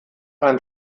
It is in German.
einen